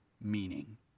meaning